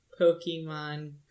Pokemon